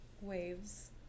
waves